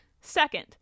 Second